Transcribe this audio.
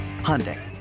Hyundai